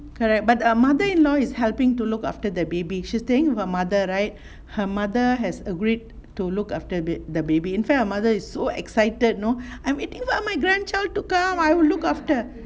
correct but err mother in law is helping to look after the baby she's staying with her mother right her mother has agreed to look after the baby in fact her mother is so excited know I'm waiting my grandchild to come I will look after